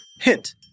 Hint